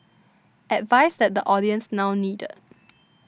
advice that the audience now needed